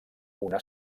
una